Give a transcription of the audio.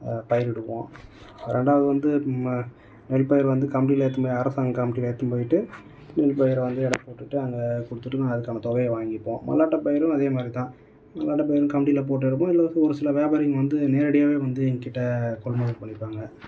பயிரிடுவோம் ரெண்டாவது வந்து மா நெல் பயிர் வந்து கமிட்டியில் எடுத்துனு போய் அரசாங்க கமிட்டியில் எடுத்தும் போய்விட்டு நெல் பயிரை வந்து எடை போட்டுவிட்டு அங்கே கொடுத்துட்டு நாங்கள் அதுக்கான தொகையை வாங்கிப்போம் மல்லாட்ட பயிரும் அதேமாதிரி தான் மல்லாட்ட பயிரும் கமிட்டியில் போட்டு எடுப்போம் இல்லை ஒரு சில வியாபாரிங்கள் வந்து நேரடியாகவே வந்து எங்கள் கிட்டே கொள்முதல் பண்ணிப்பாங்க